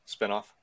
spinoff